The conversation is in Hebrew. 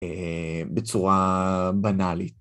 בצורה בנאלית.